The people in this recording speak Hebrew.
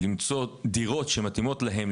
למצוא דירות שמתאימות להם,